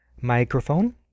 microphone